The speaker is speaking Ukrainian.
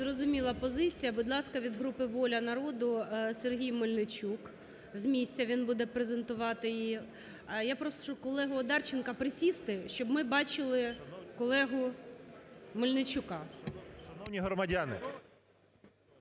Зрозуміла позиція. Будь ласка, від групи "Воля народу" Сергій Мельничук, з місця він буде презентувати. Я прошу колегу Одарченка присісти, щоб ми бачили колегу Мельничука.